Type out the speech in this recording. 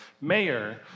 mayor